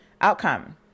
outcome